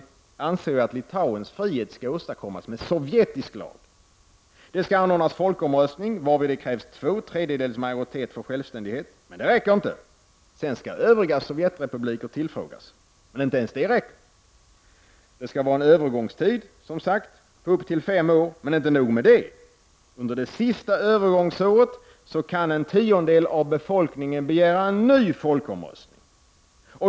anser ju att Litauens frihet skall åstadkommas enligt sovjetisk lag. Det skall anordnas folkomröstning, varvid det krävs två tredjedels majoritet för självständighet. Men det räcker inte. Sedan skall övriga Sovjetrepubliker tillfrågas. Men inte ens det räcker. Det skall, som sagt, vara en övergångstid på upp till fem år. Men inte nog med det: Under det sista övergångsåret kan en tiondel av befolkningen begära en ny folkomröstning.